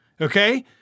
okay